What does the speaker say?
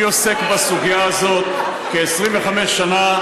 אני עוסק בסוגיה הזאת כ-25 שנה,